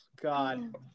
God